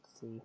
see